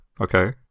Okay